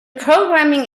programming